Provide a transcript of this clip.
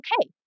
okay